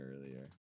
earlier